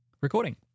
recording